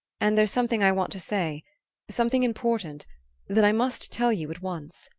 and there's something i want to say something important that i must tell you at once.